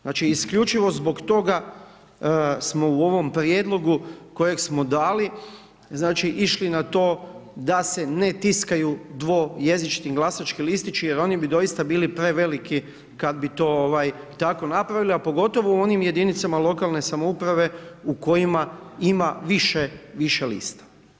Znači, isključivo zbog toga smo u ovom prijedlogu kojeg smo dali, znači, išli na to da se ne tiskaju dvojezični glasački listići jer oni bi doista bili preveliki kad bi to tako napravili, a pogotovo u onim jedinicama lokalne samouprave u kojima ima više lista.